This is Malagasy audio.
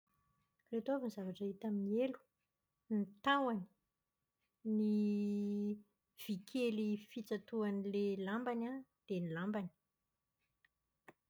Ireto avy ny zavatra hita amin'ny elo. Ny tahony, ny vy kely fitsatohan'ilay lambany an, dia ny lambany.